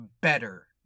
better